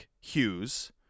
Hughes